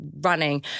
running